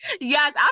Yes